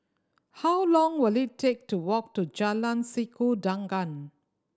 how long will it take to walk to Jalan Sikudangan